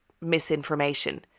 misinformation